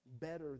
better